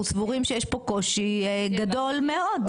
אנחנו סבורים שיש פה קושי גדול מאוד.